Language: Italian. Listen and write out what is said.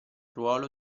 ruolo